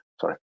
sorry